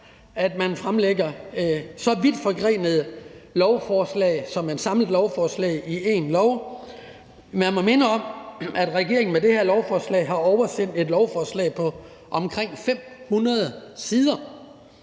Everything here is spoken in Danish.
at man fremsætter så vidtforgrenede lovforslag i et samlet lovforslag. Lad mig minde om, at regeringen med det her lovforslag har oversendt et lovforslag på omkring 500 sider,